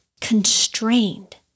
constrained